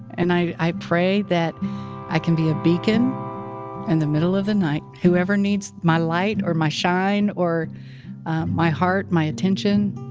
and i pray that i can be a beacon in and the middle of the night, whoever needs my light or my shine or my heart, my attention.